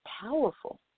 powerful